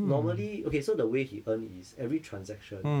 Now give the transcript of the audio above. normally okay so the way he earn is every transaction